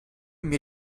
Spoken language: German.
mir